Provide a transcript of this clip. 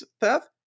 theft